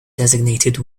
designated